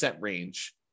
range